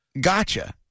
gotcha